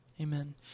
amen